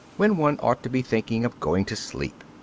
when one ought to be thinking of going to sleep.